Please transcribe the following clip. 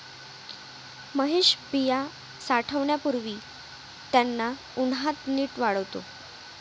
महेश बिया साठवण्यापूर्वी त्यांना उन्हात नीट वाळवतो